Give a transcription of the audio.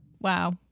Wow